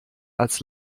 als